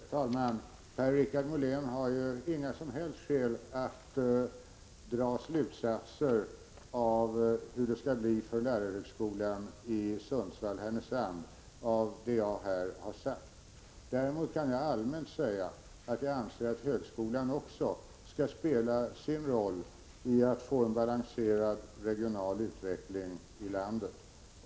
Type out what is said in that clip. Herr talman! Per-Richard Molén har ju inga som helst skäl att av vad jag här har sagt dra slutsatser om hur det skall bli för lärarhögskolan i Sundsvall/Härnösand. Däremot kan jag allmänt säga att jag anser att högskolan också skall spela sin roll när det gäller att få en balanserad regional utveckling i landet.